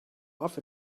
off